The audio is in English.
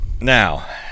now